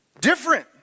Different